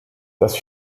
das